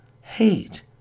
hate